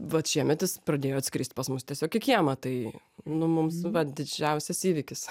vat šiemet jis pradėjo atskrist pas mus tiesiog į kiemą tai nu mums vat didžiausias įvykis